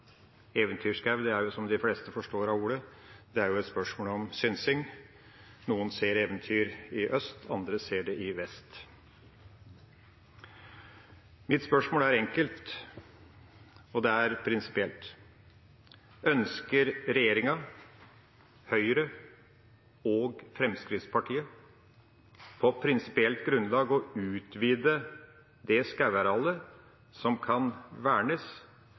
er – som de fleste forstår av ordet – et spørsmål om synsing. Noen ser eventyr i øst, andre ser det i vest. Mitt spørsmål er enkelt og prinsipielt: Ønsker regjeringa – Høyre og Fremskrittspartiet – på prinsipielt grunnlag å utvide det skogarealet som kan vernes